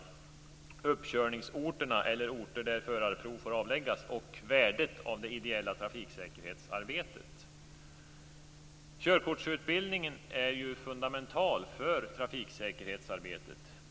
Det gäller uppkörningsorterna, dvs. orter där förarprov får avläggas, och värdet av det ideella trafiksäkerhetsarbetet. Körkortsutbildningen är fundamental för trafiksäkerhetsarbetet.